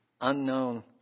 Unknown